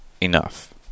enough